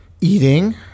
eating